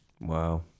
Wow